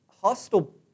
hostile